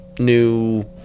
new